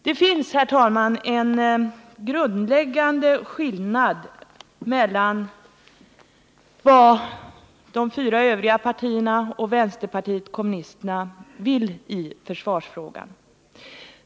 Det finns, herr talman, en grundläggande skillnad mellan vad de fyra övriga partierna och vänsterpartiet kommunisterna vill i försvarsfrågan.